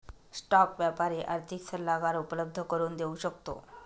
stock व्यापारी आर्थिक सल्लागार उपलब्ध करून देऊ शकतो